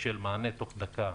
של מענה תוך דקה,